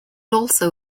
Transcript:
also